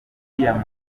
imfura